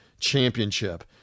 championship